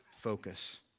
focus